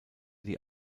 die